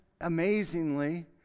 amazingly